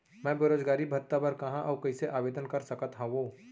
मैं बेरोजगारी भत्ता बर कहाँ अऊ कइसे आवेदन कर सकत हओं?